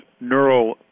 neural